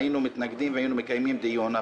היינו מתנגדים ומקיימים דיון.